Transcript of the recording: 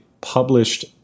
published